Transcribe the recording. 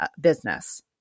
business